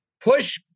push